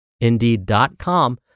indeed.com